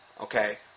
Okay